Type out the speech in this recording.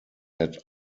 had